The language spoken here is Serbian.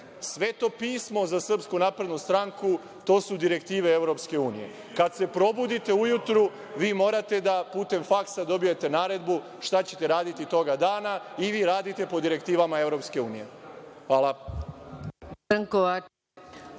pismo za Srpsku naprednu stranku su direktive Evropske unije. Kad se probudite ujutru, vi morate da putem faksa dobijete naredbu šta ćete raditi toga dana i vi radite po direktivama EU. Hvala.